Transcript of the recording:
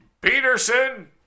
Peterson